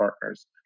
partners